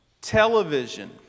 television